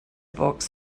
box